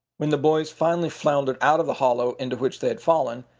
when the boys finally floundered out of the hollow into which they had fallen,